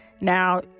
Now